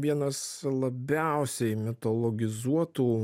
vienas labiausiai mitologizuotų